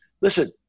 listen